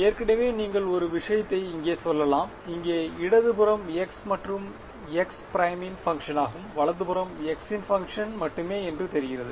ஏற்கனவே நீங்கள் ஒரு விஷயத்தை இங்கே சொல்லலாம் இங்கே இடது புறம் x மற்றும் x' இன் பங்ஷனாகும் வலது புறம் x இன் பங்க்ஷன் மட்டுமே என்று தெரிகிறது